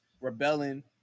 rebelling